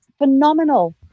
Phenomenal